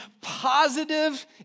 positive